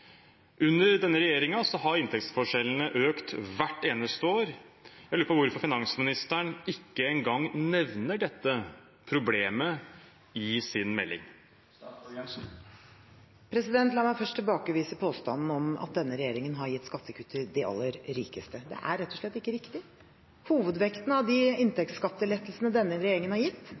Under denne regjeringen har inntektsforskjellene økt hvert eneste år. Jeg lurer på hvorfor finansministeren ikke en gang nevner dette problemet i sin melding? La meg først tilbakevise påstanden om at denne regjeringen har gitt skattekutt til de aller rikeste. Det er rett og slett ikke riktig. Hovedvekten av de inntektsskattelettelsene denne regjeringen har gitt,